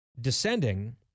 descending